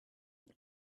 and